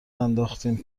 انداختین